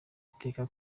iteka